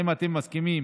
האם אתם מסכימים